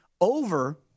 Over